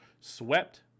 swept